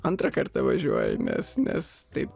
antrą kartą važiuoji nes nes taip